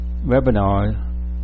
webinar